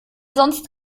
sonst